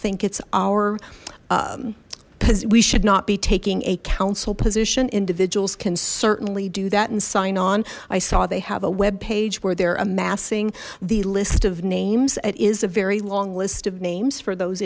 think it's our because we should not be taking a council position individuals can certainly do that and sign on i saw they have a web page where they're amassing the list of names it is a very long list of names for those